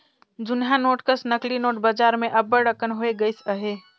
जुनहा नोट कस नकली नोट बजार में अब्बड़ अकन होए गइन अहें